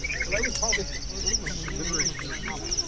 so i would call this the first essentially literary queer comic.